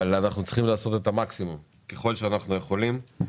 אבל אנחנו צריכים לעשות ככל שאנחנו יכולים.